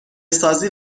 سازی